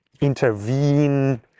intervene